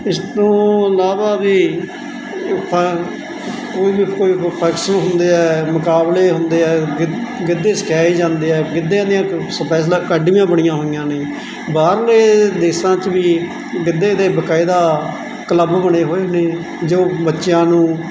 ਇਸ ਤੋਂ ਇਲਾਵਾ ਵੀ ਪ ਕੋਈ ਵੀ ਕੋਈ ਫੰਕਸ਼ਨ ਹੁੰਦੇ ਆ ਮੁਕਾਬਲੇ ਹੁੰਦੇ ਆ ਗਿ ਗਿੱਧੇ ਸਿਖਾਏ ਜਾਂਦੇ ਆ ਗਿੱਧੇ ਦੀਆਂ ਸਪੈਸ਼ਲ ਅਕੈਡਮੀਆਂ ਬਣੀਆਂ ਹੋਈਆਂ ਨੇ ਬਾਹਰਲੇ ਦੇਸ਼ਾਂ 'ਚ ਵੀ ਗਿੱਧੇ ਦੇ ਬਕਾਇਦਾ ਕਲੱਬ ਬਣੇ ਹੋਏ ਨੇ ਜੋ ਬੱਚਿਆਂ ਨੂੰ